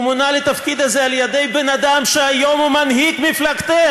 הוא מונה לתפקיד הזה על ידי בן אדם שהיום הוא מנהיג מפלגתך,